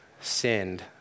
sinned